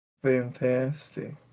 Fantastic